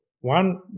one